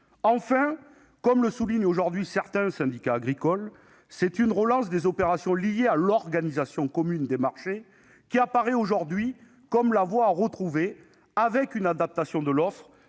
Enfin, comme le soulignent certains syndicats agricoles, c'est une relance des opérations liées à l'organisation commune des marchés qui apparaît aujourd'hui comme la voie à retrouver, avec une adaptation de l'offre